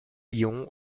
lions